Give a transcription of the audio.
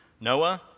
Noah